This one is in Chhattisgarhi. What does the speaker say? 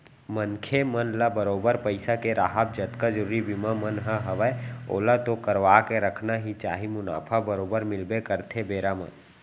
मनखे मन ल बरोबर पइसा के राहब जतका जरुरी बीमा मन ह हवय ओला तो करवाके रखना ही चाही मुनाफा बरोबर मिलबे करथे बेरा म